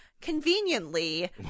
conveniently